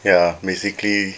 ya basically